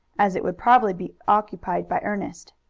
as it would probably be occupied by ernest.